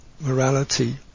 morality